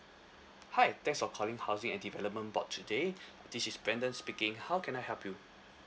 hi thanks for calling housing and development board today this is brendon speaking how can I help you